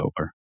over